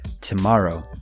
tomorrow